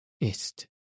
ist